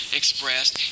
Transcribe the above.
expressed